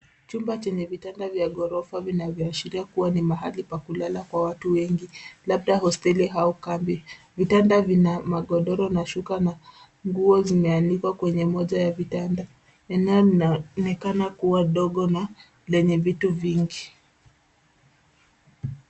Chumba chenye vitanda vya ghorofa vinavyoashiria kuwa ni mahali pa kulala kwa watu wengi labda hosteli au kambi. Vitanda vina magodoro na shuka na nguo zimeanikwa kwenye moja ya vitanda. Eneo linaonekana kuwa dogo na lenye vitu vingi.